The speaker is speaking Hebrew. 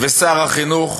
ושר החינוך,